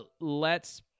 lets